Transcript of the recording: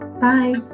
Bye